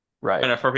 Right